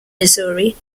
missouri